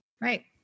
Right